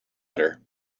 udder